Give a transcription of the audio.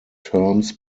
terms